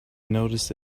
noticed